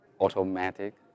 automatic